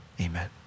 amen